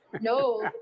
No